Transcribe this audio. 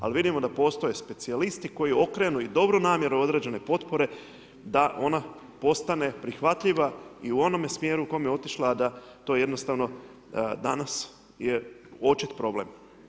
Ali vidimo da postoje specijalisti koji okrenu i dobru namjeru određene potpore da ona postane prihvatljiva i u onome smjeru u kojem je otišla a da to jednostavno danas je očit problem.